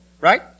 Right